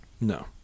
No